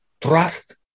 trust